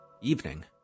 evening